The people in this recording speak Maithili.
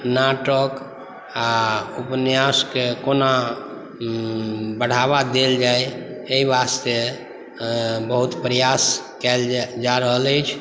नाटक आ उपन्यासके कोना बढ़ावा देल जाय एहि वास्ते बहुत प्रयास कयल जा रहल अछि